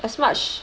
as much